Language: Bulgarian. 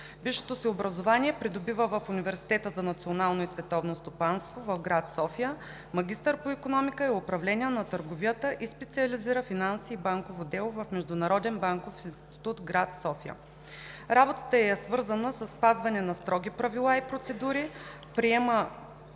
Висшето си образование придобива в Университета за национално и световно стопанство в град София. Магистър е по икономика и управление на търговията и специализира „Финанси и банково дело“ в Международен банков институт в град София. Работата ѝ е свързана със спазване на строги правила и процедури, приемане